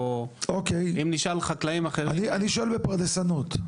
אם נשאל חקלאים אחרים --- אני שואל בפרדסנות.